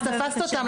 אז תפסת אותם,